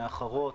מאחרות,